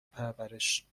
پرورش